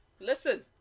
Listen